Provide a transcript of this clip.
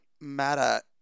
matter